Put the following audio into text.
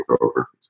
over